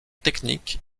technique